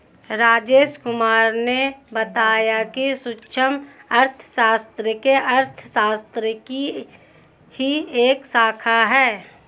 राजेश कुमार ने बताया कि सूक्ष्म अर्थशास्त्र अर्थशास्त्र की ही एक शाखा है